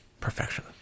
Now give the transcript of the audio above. Perfection